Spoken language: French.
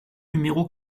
numéro